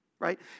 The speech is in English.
Right